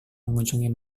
mengunjungi